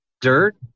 dirt